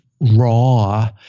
raw